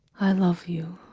i love you.